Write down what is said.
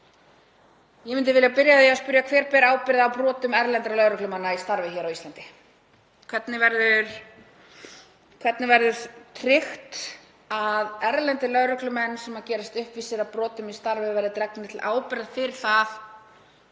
Ég myndi vilja byrja á því að spyrja: Hver ber ábyrgð á brotum erlendra lögreglumanna í starfi hér á Íslandi? Hvernig verður tryggt að erlendir lögreglumenn, sem gerast uppvísir að brotum í starfi, verði dregnir til ábyrgðar fyrir það